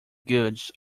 goods